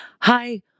hi